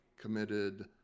committed